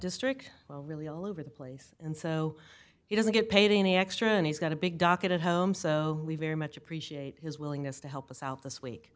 district well really all over the place and so he doesn't get paid any extra and he's got a big docket at home so we very much appreciate his willingness to help us out this week